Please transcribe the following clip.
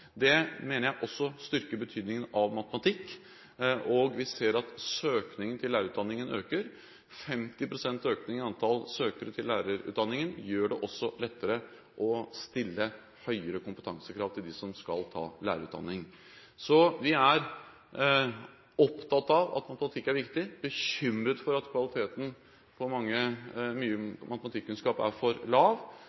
Det mener jeg også styrker betydningen av matematikk, og vi ser at søkningen til lærerutdanningen øker. 50 pst. økning i antall søkere til lærerutdanningen gjør det også lettere å stille høyere kompetansekrav til dem som skal ta lærerutdanning. Så vi er opptatt av at matematikk er viktig og bekymret for at kvaliteten på mye